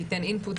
תיתן אינפוט,